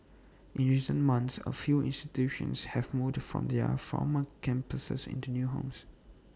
in recent months A few institutions have moved from their former campuses into new homes